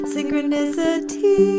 Synchronicity